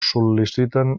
sol·liciten